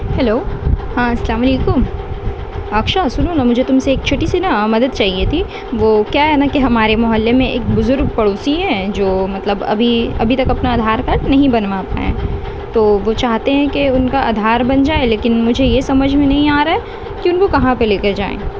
hello ہاں السلام علیکم اکشا سنو نا مجھے تم سے ایک چھوٹی سی نا مدد چاہیے تھی وہ کیا ہے نا کہ ہمارے محلے میں ایک بزرگ پڑوسی ہیں جو مطلب ابھی ابھی تک اپنا آدھار کارڈ نہیں بنوا پائے ہیں تو وہ چاہتے ہیں کہ ان کا آدھار بن جائے لیکن مجھے یہ سمجھ میں نہیں آ رہا ہے کہ ان کو کہاں پہ لے کے جائیں